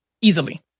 Easily